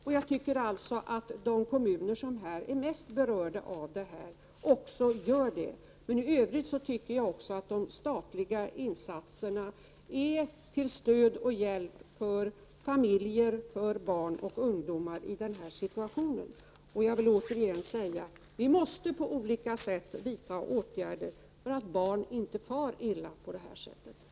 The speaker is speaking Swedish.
Det är min uppfattning att de mest berörda kommunerna också gör det. I övrigt tycker jag att de statliga insatserna är till stöd och hjälp för de familjer, barn och ungdomar som befinner sig i nämnda situation. Jag vill återigen säga: Vi måste på olika sätt vidta åtgärder för att barn inte skall behöva fara illa på det sätt som här har beskrivits.